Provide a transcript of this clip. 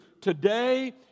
today